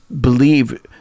believe